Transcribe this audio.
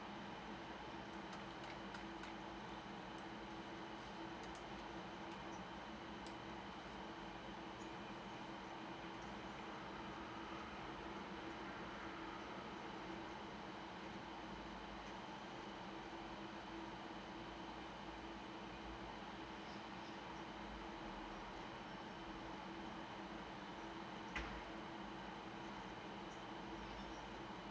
mm oh